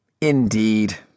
Indeed